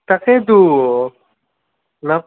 তাকেইতো